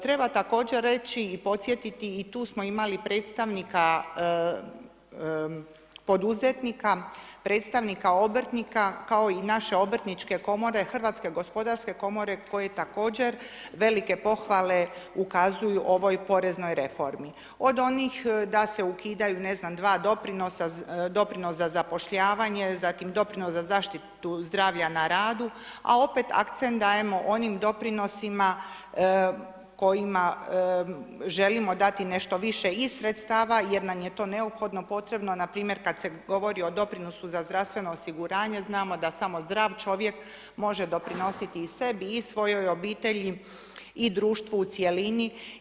Treba također reći i podsjetiti i tu smo imali predstavnika poduzetnika, predstavnika obrtnika kao i naše obrtničke komore HGK-a koje također velike pohvale ukazuju ovoj poreznoj reformi od onih da se ukidaju dva doprinosa, doprinos za zapošljavanje, zatim doprinos za zaštitu zdravlja na radu a opet akcent dajemo onim doprinosima kojima želimo dati nešto više i sredstava jer nam je to neophodno potrebno npr. kada se govori o doprinosu za zdravstveno osiguranje, znamo da samo zdrav čovjek može doprinositi i sebi i svojoj obitelji i društvu u cjelini.